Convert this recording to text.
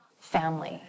family